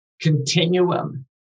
continuum